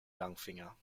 langfinger